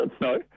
No